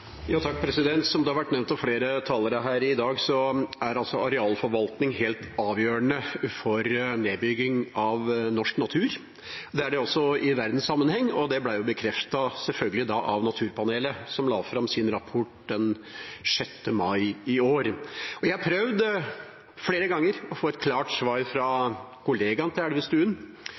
arealforvaltning helt avgjørende for nedbygging av norsk natur. Det er det også i verdenssammenheng. Det ble selvfølgelig bekreftet av Naturpanelet, som la fram sin rapport den 6. mai i år. Jeg har flere ganger prøvd å få et klart svar fra kollegaen til Elvestuen,